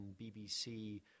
BBC